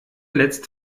letzt